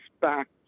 back